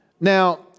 Now